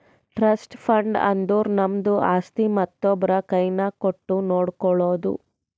trust fund ಅಂದುರ್ ನಮ್ದು ಆಸ್ತಿ ಮತ್ತೊಬ್ರು ಕೈನಾಗ್ ಕೊಟ್ಟು ನೋಡ್ಕೊಳೋದು